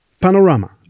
Panorama